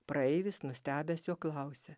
praeivis nustebęs jo klausė